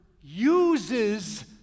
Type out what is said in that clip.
uses